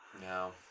No